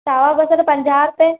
सावा बसर पंजा रुपय